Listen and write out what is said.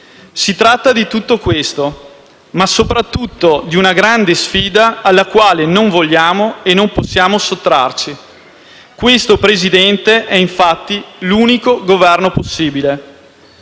Si tratta di tutto questo, ma soprattutto di una grande sfida alla quale non vogliamo e non possiamo sottrarci: questo, signor Presidente, è infatti l'unico Governo possibile.